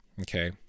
Okay